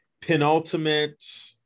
penultimate